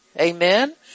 amen